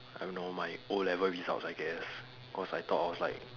I don't know my o-level results I guess cause I thought I was like